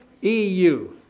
EU